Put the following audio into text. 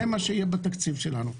זה מה שיהיה בתקציב שלנו.